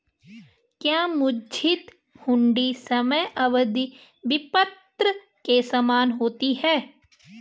क्या मुद्दती हुंडी समय अवधि विपत्र के समान होती है?